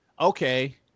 okay